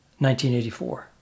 1984